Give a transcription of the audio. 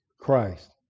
Christ